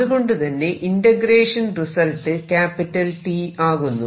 അതുകൊണ്ടുതന്നെ integration result T ആകുന്നു